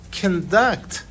conduct